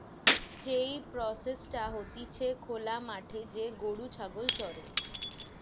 যেই প্রসেসটা হতিছে খোলা মাঠে যে গরু ছাগল চরে